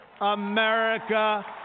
America